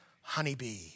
honeybee